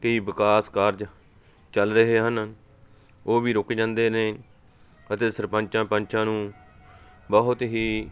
ਕਈ ਵਿਕਾਸ ਕਾਰਜ ਚੱਲ ਰਹੇ ਹਨ ਉਹ ਵੀ ਰੁਕ ਜਾਂਦੇ ਨੇ ਅਤੇ ਸਰਪੰਚਾਂ ਪੰਚਾਂ ਨੂੰ ਬਹੁਤ ਹੀ